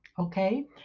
okay